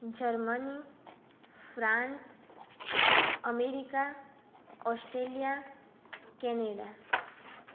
Germany France America Australia Canada